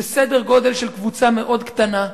זה סדר גודל של קבוצה מאוד קטנה,